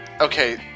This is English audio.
okay